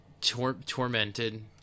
Tormented